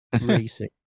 racing